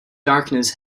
darkness